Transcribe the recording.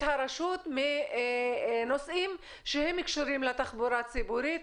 הרשות מנושאים שהם קשורים לתחבורה הציבורית,